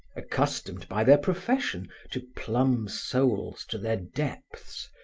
accustomed by their profession to plumb souls to their depths,